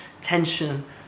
tension